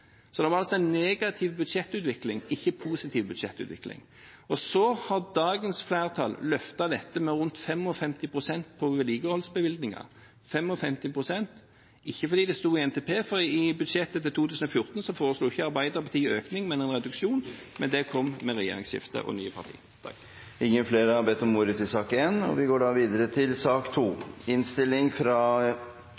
Så har dagens flertall løftet dette med rundt 55 pst. på vedlikeholdsbevilgningene – 55 pst. – ikke fordi det sto i NTP, for i budsjettet for 2014 foreslo ikke Arbeiderpartiet en økning, men en reduksjon; det kom med regjeringsskiftet og nye partier. Flere har ikke bedt om ordet til sak nr. 1. Etter ønske fra transport- og kommunikasjonskomiteen vil presidenten foreslå at taletiden blir begrenset til 5 minutter til hver partigruppe og 5 minutter til medlem av regjeringen. Videre